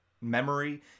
Memory